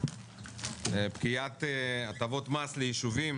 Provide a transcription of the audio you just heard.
פקיעת הטבות מס לישובים.